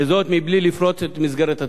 וזאת בלי לפרוץ את מסגרת התקציב.